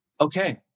Okay